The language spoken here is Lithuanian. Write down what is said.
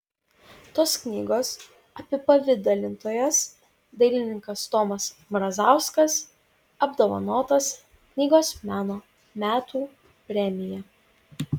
tos knygos apipavidalintojas dailininkas tomas mrazauskas apdovanotas knygos meno metų premija